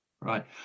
Right